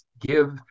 give